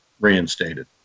reinstated